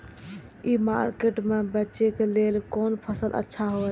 ई market में बेचेक लेल कोन फसल अच्छा होयत?